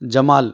جمال